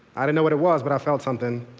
i didn't know what it was, but i felt something.